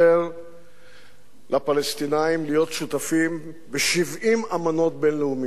לפלסטינים להיות שותפים ב-70 אמנות בין-לאומיות